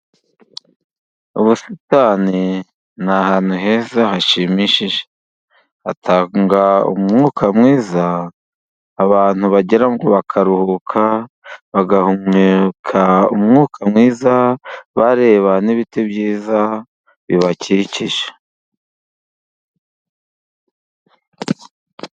Ubusitani ni ahantu heza hashimishije. Hatanga umwuka mwiza, abantu bagera bakaruhuka. Bagahumeka umwuka mwiza bareba n'ibiti byiza bibakikije.